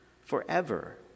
forever